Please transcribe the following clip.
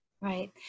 right